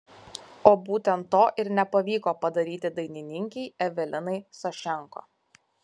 o būtent to ir nepavyko padaryti dainininkei evelinai sašenko